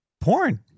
porn